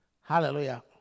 Hallelujah